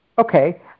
Okay